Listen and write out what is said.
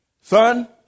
Son